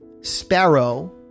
sparrow